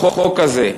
החוק הזה,